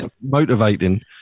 motivating